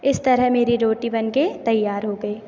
इस तरह मेरी रोटी बन कर तैयार गई